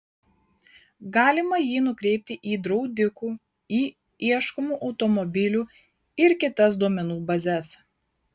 galima jį nukreipti į draudikų į ieškomų automobilių ir kitas duomenų bazes